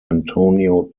antonio